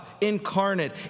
incarnate